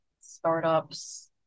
startups